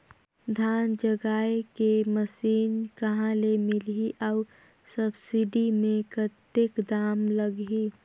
धान जगाय के मशीन कहा ले मिलही अउ सब्सिडी मे कतेक दाम लगही?